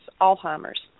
Alzheimer's